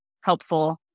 helpful